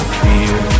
fear